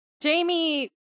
Jamie